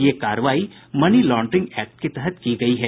ये कार्रवाई money laundering act के तहत की गयी है